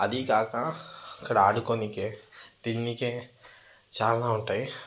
అది కాక అక్కడ ఆడుకోనీకి తినానీకి చాలా ఉంటాయి